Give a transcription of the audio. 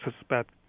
suspect